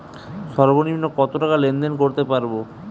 সর্বনিম্ন কত টাকা লেনদেন করতে পারবো?